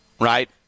Right